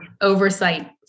oversight